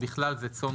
ובכלל זה צאן,